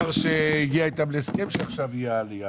היה שר שהגיע איתם להסכמים שעכשיו תהיה עלייה.